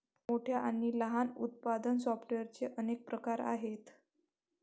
मोठ्या आणि लहान उत्पादन सॉर्टर्सचे अनेक प्रकार आहेत